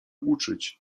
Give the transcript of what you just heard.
uczyć